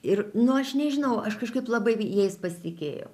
ir nu aš nežinau aš kažkaip labai jais pasitikėjau